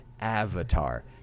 Avatar